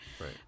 Right